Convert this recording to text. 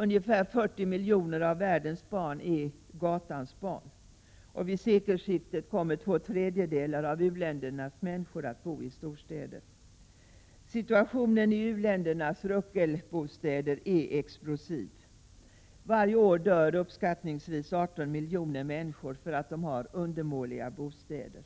Ungefär 40 miljoner av världens barn är gatans barn. Vid sekelskiftet kommer två tredjedelar av u-ländernas befolkning att bo i storstäder. Situationen i u-ländernas ruckelbostäder är explosiv. Varje år dör uppskattningsvis 18 miljoner människor därför att de har undermåliga bostäder.